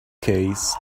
case